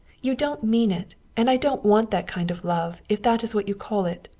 you don't mean it. and i don't want that kind of love, if that is what you call it.